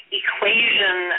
equation